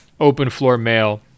openfloormail